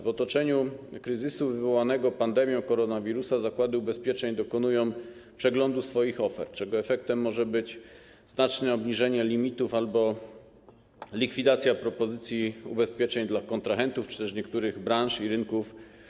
W otoczeniu, w warunkach kryzysu wywołanego pandemią koronawirusa zakłady ubezpieczeń dokonują przeglądu swoich ofert, czego efektem może być znaczne obniżenie limitów albo likwidacja propozycji ubezpieczeń dla kontrahentów czy też niektórych branż i rynków.